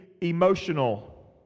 emotional